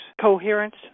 Coherence